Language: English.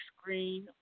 screen